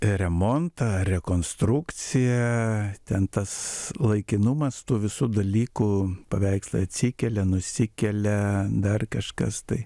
remontą rekonstrukciją ten tas laikinumas tų visų dalykų paveikslai atsikelia nusikelia dar kažkas tai